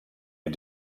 had